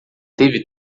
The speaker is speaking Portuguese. teve